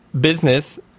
business